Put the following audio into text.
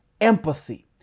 empathy